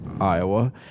Iowa